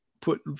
put